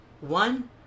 one